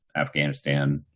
Afghanistan